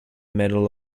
medal